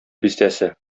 бистәсе